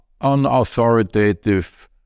unauthoritative